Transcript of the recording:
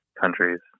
countries